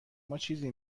ماچیزی